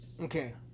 Okay